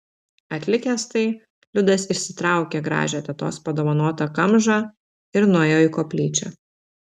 atlikęs tai liudas išsitraukė gražią tetos padovanotą kamžą ir nuėjo į koplyčią